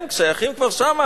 הם כבר שייכים לשם,